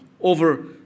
over